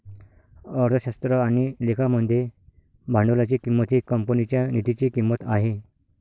अर्थशास्त्र आणि लेखा मध्ये भांडवलाची किंमत ही कंपनीच्या निधीची किंमत आहे